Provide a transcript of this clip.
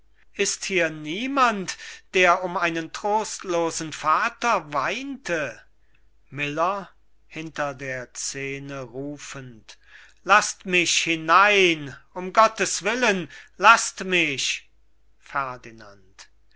ist hier niemand der um einen trostlosen vater weint miller hinter der scene rufend laßt mich hinein um gottes willen laßt mich